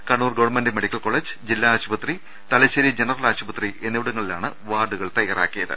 Kannur government medical college ജില്ലാ ആശുപത്രി Thalassery general ആശു പത്രി എന്നിവിടങ്ങളിലാണ് വാർഡുകൾ തയ്യാറാക്കിയത്